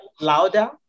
louder